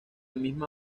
misma